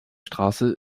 straße